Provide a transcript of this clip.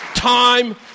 Time